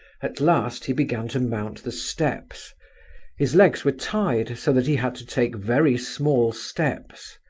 at last he began to mount the steps his legs were tied, so that he had to take very small steps.